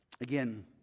Again